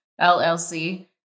LLC